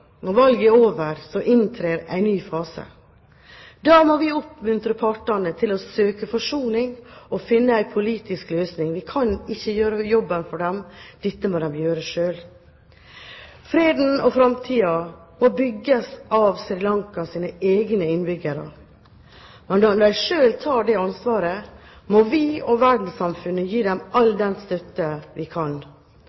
Når valget er over, inntrer en ny fase. Da må vi oppmuntre partene til å søke forsoning og finne en politisk løsning. Vi kan ikke gjøre jobben for dem – dette må de gjøre selv. Freden og framtiden må bygges av Sri Lankas egne innbyggere. Men når de selv tar det ansvaret, må vi og verdenssamfunnet gi dem all